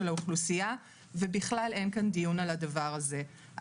של האוכלוסייה ובכלל אין כאן דיון על הדבר הזה.